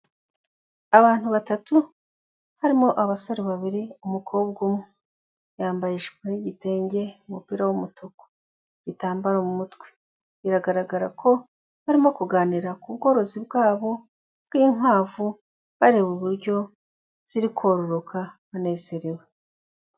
Abantu batatu, harimo abasore babiri umukobwa umwe. Yambaye ijipo yigitenge, umupira w'umutuku, igitambaro mu mutwe. Biragaragara ko, barimo kuganira ku ubworozi bwabo, bw'inkwavu, bareba uburyo, ziri kororoka banezerewe.